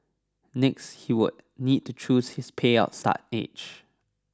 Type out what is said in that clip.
next he would need to choose his payout start age